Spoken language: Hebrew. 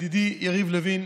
ידידי יריב לוין,